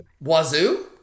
Wazoo